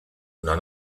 una